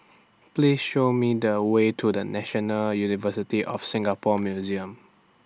Please Show Me The Way to The National University of Singapore Museums